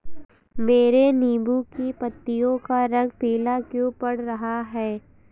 मेरे नींबू की पत्तियों का रंग पीला क्यो पड़ रहा है?